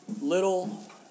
little